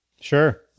sure